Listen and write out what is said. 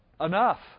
enough